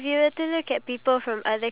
a lot of times